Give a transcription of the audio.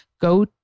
Go